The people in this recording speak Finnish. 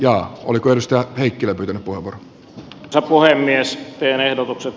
ja oliko ystävät heikkilä kuten paavo tapua ja mies reen ehdotukset